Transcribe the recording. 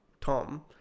Tom